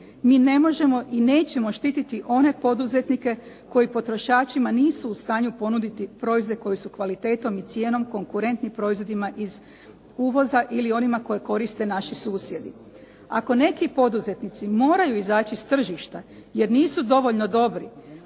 Mi ne možemo i nećemo štiti one poduzetnike koji potrošačima nisu u stanju ponuditi proizvode koji su kvalitetom i cijenom konkurentni proizvodima iz uvoza ili onima koji koriste naši susjedi. Ako neki poduzetnici moraju izaći iz tržišta, jer nisu dovoljno dobri,